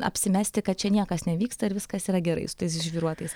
apsimesti kad čia niekas nevyksta ir viskas yra gerai su tais žvyruotais